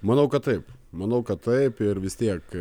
manau kad taip manau kad taip ir vis tiek